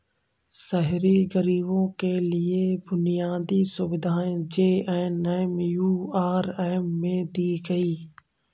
शहरी गरीबों के लिए बुनियादी सुविधाएं जे.एन.एम.यू.आर.एम में दी गई